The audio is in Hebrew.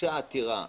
הוגשה עתירה.